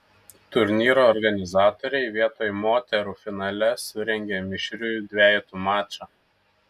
turnyro organizatoriai vietoj moterų finale surengė mišrių dvejetų mačą